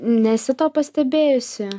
nesi to pastebėjusi